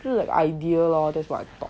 这个 idea lor that's what I thought